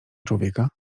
człowieka